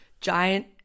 giant